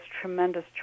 tremendous